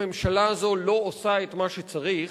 הממשלה הזאת לא עושה את מה שצריך,